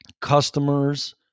customers